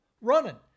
running